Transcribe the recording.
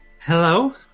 hello